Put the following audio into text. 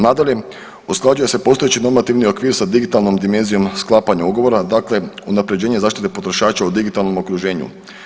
Nadalje, usklađuje se postojeći normativni okvir sa digitalnom dimenzijom sklapanja ugovora, dakle unapređenje zaštite potrošača u digitalnom okruženju.